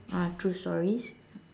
uh true stories